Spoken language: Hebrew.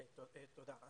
תודה.